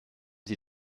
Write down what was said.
sie